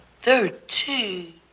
Thirteen